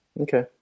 Okay